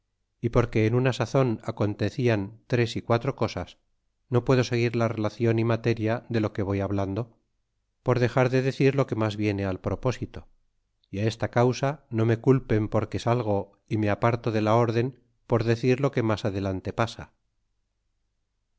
y porque en una sazon acontecian tres y quatro cosas no puedo seguir la relacion y materia de lo que voy hablando por dexar de decir lo que mas viene al propósito y esta causa no me culpen porque salgo y me aparto de la órden por decir lo que mas adelante pasa